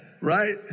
right